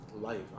life